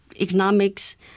economics